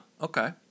Okay